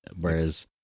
whereas